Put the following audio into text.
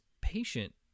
patient